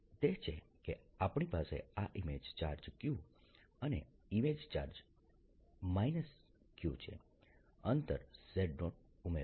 તે છે કે આપણી પાસે આ ઇમેજ ચાર્જ q અને ઇમેજ ચાર્જ q છે અંતર z0 ઉમેરો